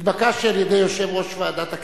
ואני רוצה לומר שהתבקשתי על-ידי יושב-ראש ועדת הכנסת,